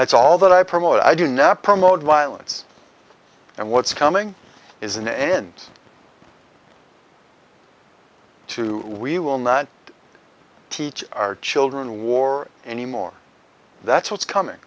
that's all that i promote i do not promote violence and what's coming is an end to we will not teach our children war anymore that's what's coming